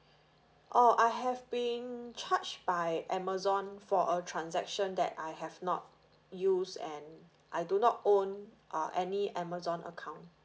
oh I have been charged by Amazon for a transaction that I have not use and I do not own uh any Amazon account